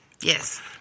Yes